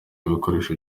ibikoresho